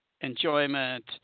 enjoyment